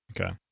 Okay